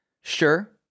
Sure